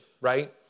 right